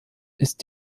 ist